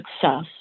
success